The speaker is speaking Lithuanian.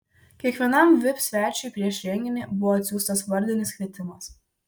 kiekvienam vip svečiui prieš renginį buvo atsiųstas vardinis kvietimas